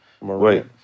wait